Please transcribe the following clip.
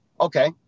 Okay